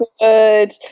good